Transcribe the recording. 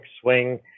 swing